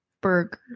Burger